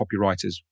copywriters